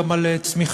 גם על צמיחה,